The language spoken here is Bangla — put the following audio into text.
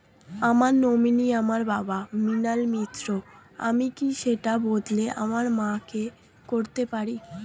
আমার নমিনি আমার বাবা, মৃণাল মিত্র, আমি কি সেটা বদলে আমার মা কে করতে পারি?